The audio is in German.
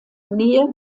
nähe